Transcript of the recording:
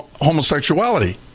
homosexuality